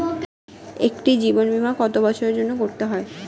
একটি জীবন বীমা কত বছরের জন্য করতে হয়?